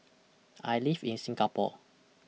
I live in Singapore